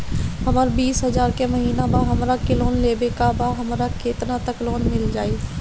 हमर बिस हजार के महिना बा हमरा के लोन लेबे के बा हमरा केतना तक लोन मिल जाई?